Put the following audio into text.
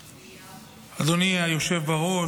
אדוני היושב בראש,